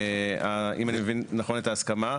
אם אני מבין נכון את ההסכמה,